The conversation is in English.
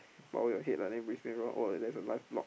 power your head lah then Brisbane-Roar oh there's a live blog